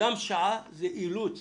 משך זמן של שעה זה אילוץ